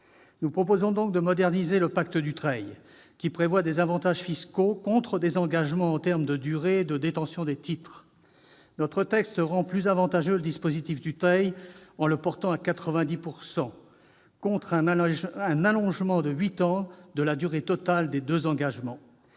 Nous proposons donc de moderniser le « pacte Dutreil », qui prévoit des avantages fiscaux contre des engagements en termes de durée de détention des titres. Notre texte rend plus avantageux le dispositif Dutreil en portant à 90 % le taux d'exonération fiscale, contre un allongement à huit ans de la durée totale des deux engagements.